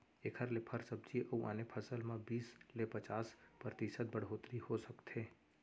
एखर ले फर, सब्जी अउ आने फसल म बीस ले पचास परतिसत बड़होत्तरी हो सकथे